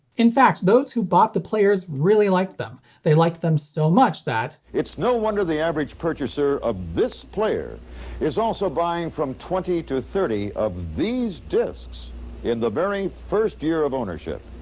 in fact, those who bought the players really liked them. they liked them so much that it's no wonder the average purchaser of this player is also buying from twenty to thirty of these discs in the very first year of ownership.